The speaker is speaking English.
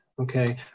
Okay